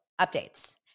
updates